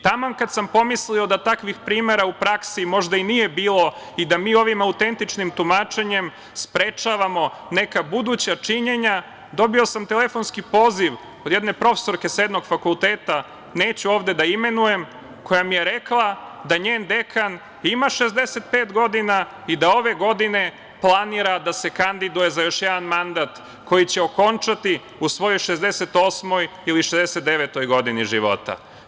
Taman kad sam pomislio da takvih primera u praksi možda i nije bilo i da mi ovim autentičnim tumačenjem sprečavamo neka buduća činjenja, dobio sam telefonski poziv od jedne profesorke sa jednog fakulteta, neću ovde da imenujem, koja mi je rekla da njen dekan ima 65 godina, i da ove godine planira da se kandiduje za još jedan mandat koji će okončati u svojoj 68 ili 69 godini života.